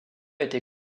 été